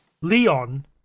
Leon